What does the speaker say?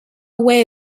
way